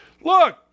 Look